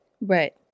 Right